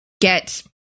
get